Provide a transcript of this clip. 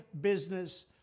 business